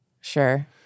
Sure